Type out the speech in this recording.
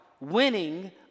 winning